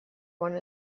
one